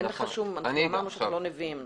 אמרנו שאנחנו לא נביאים.